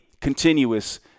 continuous